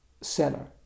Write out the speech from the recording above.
seller